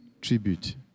tribute